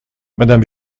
madame